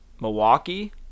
Milwaukee